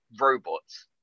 robots